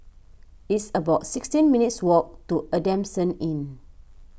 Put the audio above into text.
it's about sixteen minutes' walk to Adamson Inn